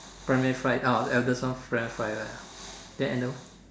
primary five uh eldest one primary five right then another one